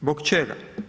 Zbog čega?